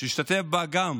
שהשתתף בה גם